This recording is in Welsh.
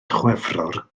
chwefror